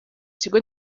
kigo